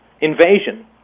Invasion